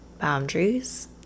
boundaries